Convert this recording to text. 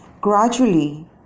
Gradually